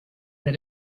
that